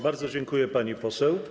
Bardzo dziękuję, pani poseł.